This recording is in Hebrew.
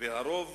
והרוב